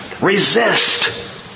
Resist